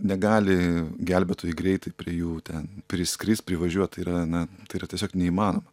negali gelbėtojai greitai prie jų ten priskrist privažiuot tai yra na tai yra tiesiog neįmanoma